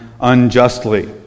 unjustly